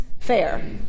fair